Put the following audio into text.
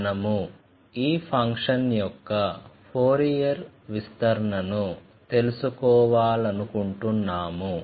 మనము ఈ ఫంక్షన్ యొక్క ఫోరియర్ విస్తరణను తెలుసుకోవాలనుకుంటున్నాము